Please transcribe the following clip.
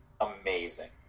Amazing